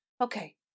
okay